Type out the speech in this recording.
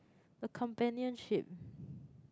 a companionship